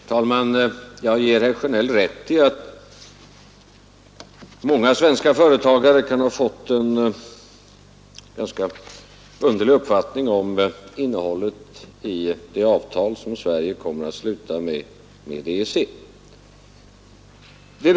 Herr talman! Jag ger herr Sjönell rätt i att många svenska företagare kan ha fått en underlig uppfattning om innehållet i det avtal som Sverige kommer att sluta med EEC.